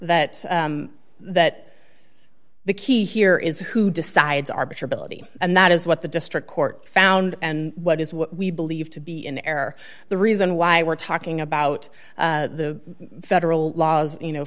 that that the key here is who decides arbiter ability and that is what the district court found and what is what we believe to be in error the reason why we're talking about the federal laws you know